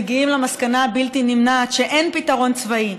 מגיעים למסקנה הבלתי-נמנעת שאין פתרון צבאי.